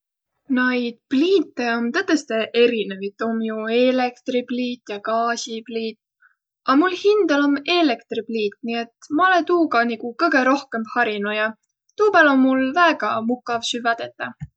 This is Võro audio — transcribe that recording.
Naid pliite om tõtõstõ erinevit. Om ju eelektripliit ja gaasipliit. A mul hindäl om eelektripliit, nii et ma olõ tuuga niguq kõgõ rohkõmb harinu ja tuu pääl om mul väega mukav süvvä tetäq.